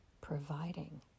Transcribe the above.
providing